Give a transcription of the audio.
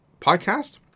podcast